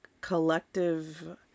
collective